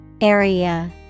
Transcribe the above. Area